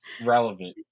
relevant